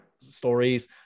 stories